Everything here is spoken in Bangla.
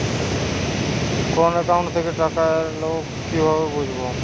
কোন একাউন্ট থেকে টাকা এল কিভাবে বুঝব?